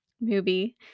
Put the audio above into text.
movie